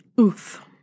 Oof